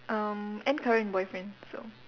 um and current boyfriend so